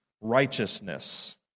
righteousness